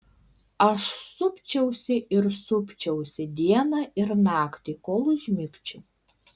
aš supčiausi ir supčiausi dieną ir naktį kol užmigčiau